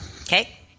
Okay